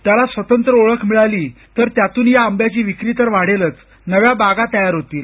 त्याला स्वतंत्र ओळख मिळाली तर त्यातून या आंब्याची विक्री वाढेल नव्या बागा तयार होतील